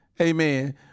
amen